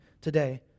today